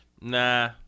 nah